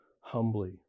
humbly